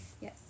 Yes